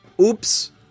Oops